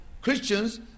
Christians